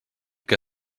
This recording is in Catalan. que